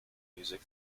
music